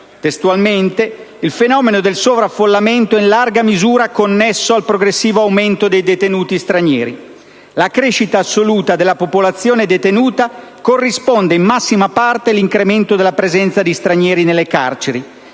testualmente: «Il fenomeno del sovraffollamento è in larga misura connesso al progressivo aumento dei detenuti stranieri. La crescita assoluta della popolazione detenuta corrisponde in massima parte all'incremento della presenza di stranieri nelle carceri